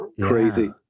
Crazy